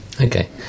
Okay